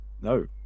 No